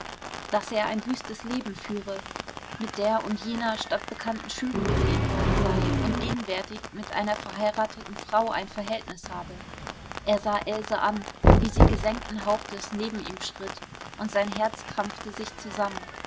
daß er ein wüstes leben führe mit der und jener stadtbekannten schönen gesehen worden sei und gegenwärtig mit einer verheirateten frau ein verhältnis habe er sah else an wie sie gesenkten hauptes neben ihm schritt und sein herz krampfte sich zusammen